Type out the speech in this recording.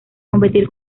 competir